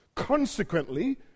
Consequently